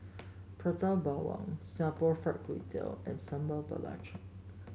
Prata Bawang Singapore Fried Kway Tiao and Sambal Belacan